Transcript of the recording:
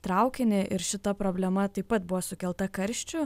traukinį ir šita problema taip pat buvo sukelta karščių